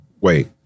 wait